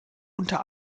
unter